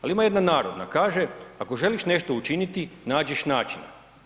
Ali ima jedna narodna, kaže: „Ako želiš nešto učiniti, nađeš način.